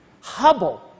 Hubble